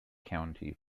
county